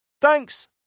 Thanks